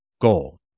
goal